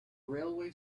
railway